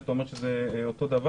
שאתה אומר שזה אותו דבר,